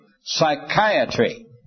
psychiatry